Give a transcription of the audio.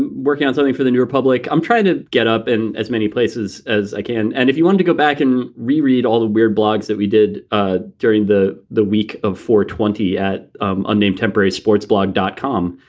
working on something for the new republic. i'm trying to get up in as many places as i can. and if you want to go back and reread all the weird blogs that we did ah during the the week of four twenty at um unnamed temporary sports blog dot com,